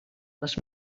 les